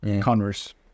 Converse